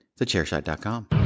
thechairshot.com